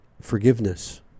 Forgiveness